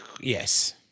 Yes